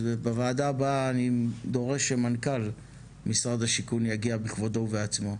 בוועדה הבאה אני דורש שמנכ"ל משרד השיכון יגיע בכבודו ובעצמו,